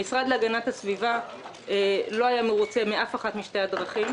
המשרד להגנת הסביבה לא היה מרוצה מאף אחת משתי הדרכים,